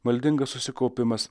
maldingas susikaupimas